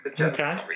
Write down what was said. Okay